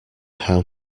how